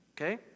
Okay